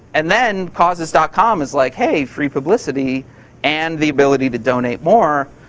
and then causes dot com is like, hey, free publicity and the ability to donate more.